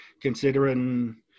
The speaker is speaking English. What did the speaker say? considering